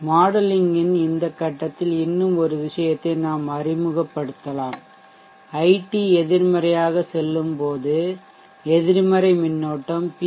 modelling இன் இந்த கட்டத்தில் இன்னும் ஒரு விஷயத்தை நாம் அறிமுகப்படுத்தலாம் ஐடி எதிர்மறையாக செல்லும்போது எதிர்மறை மின்னோட்டம் பி